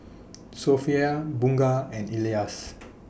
Sofea Bunga and Elyas